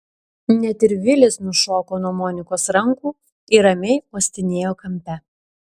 net ir vilis nušoko nuo monikos rankų ir ramiai uostinėjo kampe